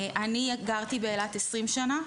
אני גרתי באילת 20 שנה,